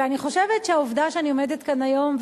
אני חושבת שהעובדה שאני עומדת כאן היום,